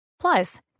Plus